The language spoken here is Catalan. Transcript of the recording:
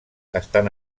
estan